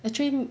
actually